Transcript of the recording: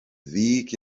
ddig